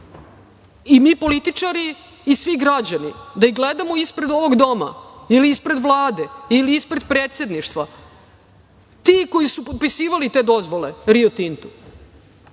i mi političari i svi građani, da ih gledamo ispred ovog Doma ili ispred Vlade ili ispred Predsedništva, ti koji su potpisivali te dozvole „Rio Tintu“,